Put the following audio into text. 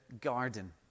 garden